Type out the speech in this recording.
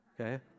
okay